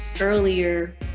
earlier